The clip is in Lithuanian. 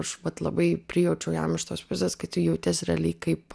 aš vat labai prijaučiau jam iš tos pusės kai tu jautės realiai kaip